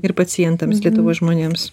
ir pacientams lietuvos žmonėms